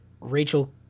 Rachel